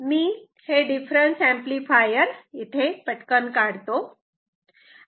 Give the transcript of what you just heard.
मी हे difference amplifier पटकन काढतो